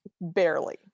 Barely